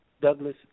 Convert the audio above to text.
Douglas